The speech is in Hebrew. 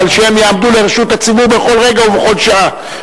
אבל שהם יעמדו לרשות הציבור בכל רגע ובכל שעה,